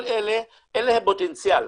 כל אלה אין להם פוטנציאל,